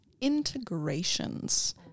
integrations